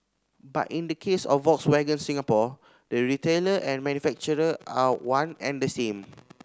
but in the case of Volkswagen Singapore the retailer and manufacturer are one and the same